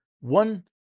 one